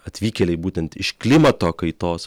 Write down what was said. atvykėliai būtent iš klimato kaitos